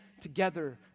together